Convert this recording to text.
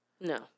No